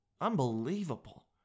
Unbelievable